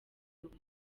ubusa